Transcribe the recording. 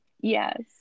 yes